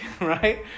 right